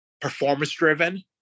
performance-driven